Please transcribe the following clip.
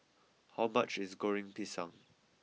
how much is Goreng Pisang